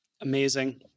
Amazing